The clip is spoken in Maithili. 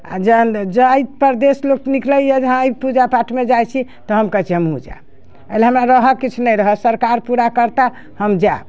आ जहन जाइ परदेस लोक निकलैए जे हाँ आइ पूजा पाठ मे जाइ छी तऽ हम कहै छियै हमहुँ जैब अइले हमरा किछ रहऽ नइ रहऽ सरकार पूरा करता हम जैब